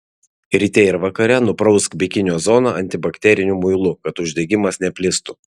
ryte ir vakare nuprausk bikinio zoną antibakteriniu muilu kad uždegimas neplistų